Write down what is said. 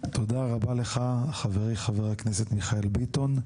תודה רבה לך חברי חבר הכנסת מיכאל ביטון.